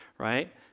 right